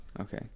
okay